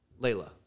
Layla